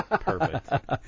Perfect